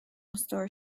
store